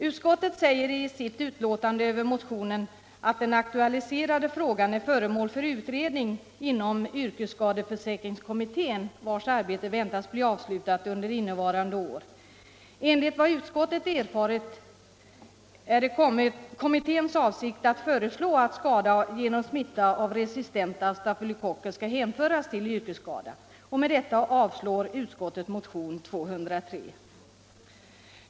Utskottet säger i sitt betänkande över motionen att den aktualiserade frågan är föremål för utredning inom yrkesskadeförsäkringskommittén, vars arbete väntas bli avslutat under innevarande år. Enligt vad utskottet erfar är det kommitténs avsikt att föreslå att skada genom smitta av resistenta stafylokocker skall hänföras till yrkesskada. Med detta avstyrker utskottet motionen 203.